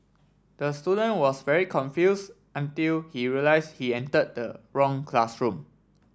the student was very confused until he realised he entered the wrong classroom